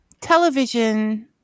television